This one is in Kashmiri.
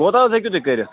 کوتاہ ہٮ۪کِو حظ تُہۍ کٔرِتھ